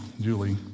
Julie